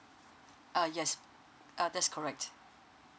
uh yes uh that's correct